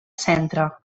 centre